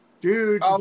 dude